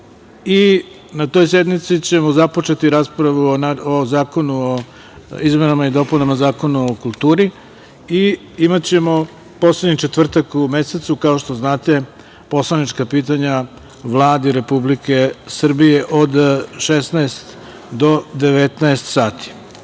i na toj sednici ćemo započeti raspravu o izmenama i dopunama Zakona o kulturi i imaćemo poslednji četvrtak u mesecu, kao što znate, poslanička pitanja Vladi Republike Srbije, od 16 do 19 sati. Po